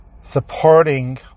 supporting